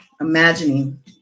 imagining